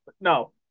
No